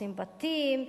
הורסים בתים,